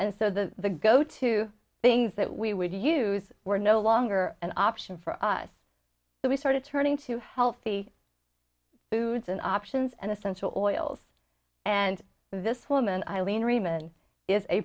and so the the go to things that we would use were no longer an option for us so we started turning to healthy foods and options and essential oils and this woman eileen reman is a